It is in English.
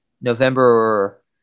november